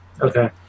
Okay